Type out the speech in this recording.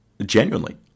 genuinely